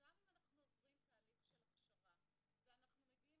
גם אם אנחנו עוברים תהליך של הכשרה ואנחנו מגיעים